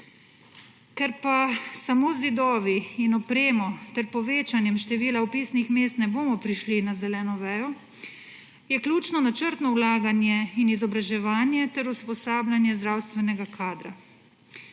Ker pa samo z zidovi in opremo ter povečanjem števila vpisnih mest ne bomo prišli na zeleno vejo, je ključno načrtno vlaganje in izobraževanje ter usposabljanje zdravstvenega kadra.